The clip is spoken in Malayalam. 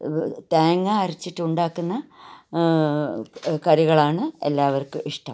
ഇതു തേങ്ങാ അരച്ചിട്ട് ഉണ്ടാക്കുന്ന കറികളാണ് എല്ലാവർക്കും ഇഷ്ടം